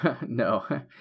No